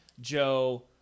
Joe